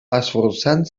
esforçant